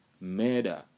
murder